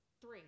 Three